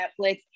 Netflix